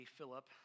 Philip